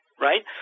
Right